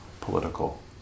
political